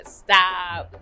stop